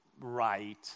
right